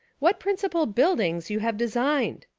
what principal buildings you have designed?